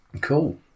Cool